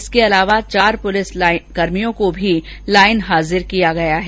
इसके अलावा चार पुलिसकर्मियों को भी लाईन हाजिर किया गया है